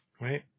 right